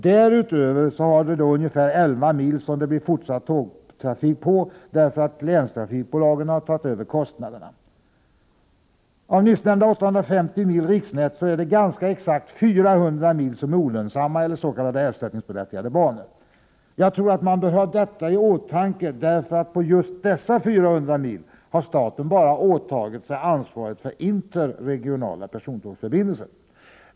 Därutöver har vi då ungefär 11 mil som det blir fortsatt tågtrafik på därför att länstrafikbolagen har övertagit kostnaderna. Av dessa 850 mil riksnät är ganska exakt 400 mil olönsamma eller s.k. ersättningsberättigade banor. Jag tror att man bör ha detta i åtanke, eftersom på just dessa 400 mil har staten åtagit sig ansvaret bara för interregionala persontågsförbindelser.